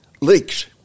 leaked